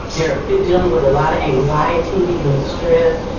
they're dealing with a lot of anxieties and stress.